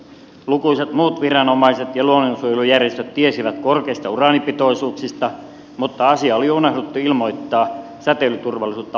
lukuisat muut viranomaiset ja luonnonsuojelujärjestöt tiesivät korkeista uraanipitoisuuksista mutta asia oli unohdettu ilmoittaa säteilyturvallisuutta valvovalle keskukselle